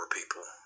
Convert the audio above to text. people